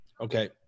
okay